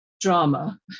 drama